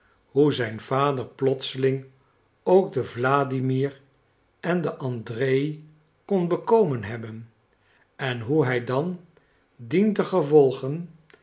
hoe zijn vader plotseling ook de wladimir en andrej kon bekomen hebben en hoe hij dan dientengevolge